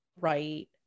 right